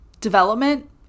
development